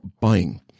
buying